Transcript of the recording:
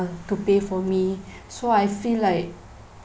to pay for me so I feel like